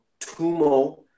Tumo